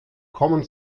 kommen